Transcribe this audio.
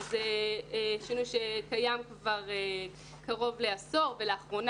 שזה שינוי שקיים כבר קרוב לעשור ולאחרונה